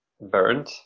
burned